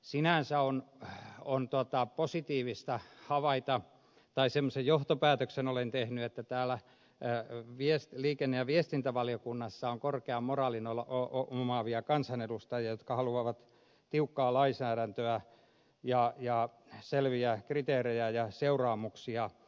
sinänsä on positiivista havaita tai semmoisen johtopäätöksen olen tehnyt että täällä liikenne ja viestintävaliokunnassa on korkean moraalin omaavia kansanedustajia jotka haluavat tiukkaa lainsäädäntöä ja selviä kriteerejä ja seuraamuksia